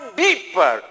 deeper